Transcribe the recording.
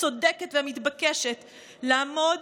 הצודקת והמתבקשת לעמוד